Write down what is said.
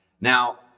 Now